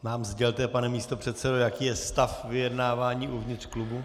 Nám sdělte, pane místopředsedo, jaký je stav vyjednávání uvnitř klubu.